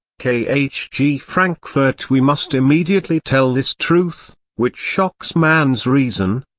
k h g. frankfurt we must immediately tell this truth, which shocks man's reason,